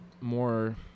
more